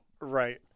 Right